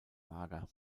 lager